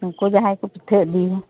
ᱩᱱᱠᱩ ᱡᱟᱦᱟᱸᱭᱠᱚ ᱯᱤᱴᱷᱟᱹ ᱤᱫᱤᱭ ᱮᱟᱫ